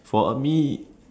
for me